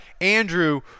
Andrew